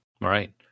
right